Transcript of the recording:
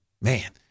man